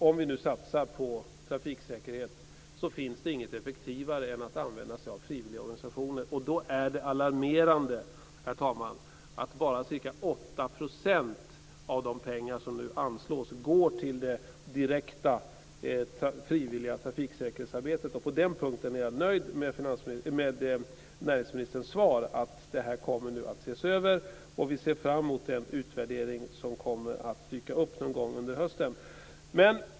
Om vi nu satsar på trafiksäkerhet finns det inget effektivare än att använda sig av frivilligorganisationer. Då är det alarmerande att bara ca 8 % av de pengar som anslås går till det direkta frivilliga trafiksäkerhetsarbetet. På den punkten är jag nöjd med näringsministerns svar, att detta nu kommer att ses över. Vi ser fram emot den utvärdering som kommer till hösten.